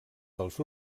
dels